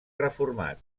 reformat